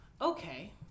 okay